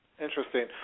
Interesting